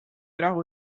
rahu